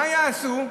מה יעשו?